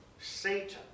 Satan